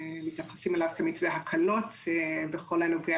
מתייחסים אליו כמתווה הקלות בכל הנוגע